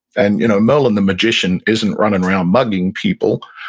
and you know merlin the magician isn't running around mugging people.